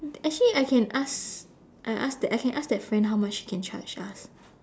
actually I can ask uh ask the I can ask that friend how much she can charge us